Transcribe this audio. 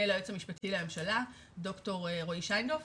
ליועץ המשפטי לממשלה ד"ר רועי שיינדורף,